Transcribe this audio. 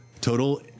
total